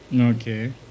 Okay